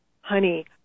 Honey